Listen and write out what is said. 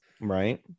Right